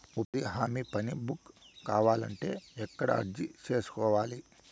ఉపాధి హామీ పని బుక్ కావాలంటే ఎక్కడ అర్జీ సేసుకోవాలి?